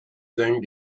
thing